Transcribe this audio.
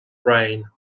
brain